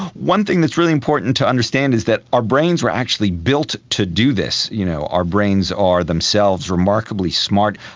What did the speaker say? one thing that's really important to understand is that our brains were actually built to do this. you know our brains are themselves remarkably smart.